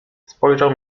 spojrzał